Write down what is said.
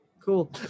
Cool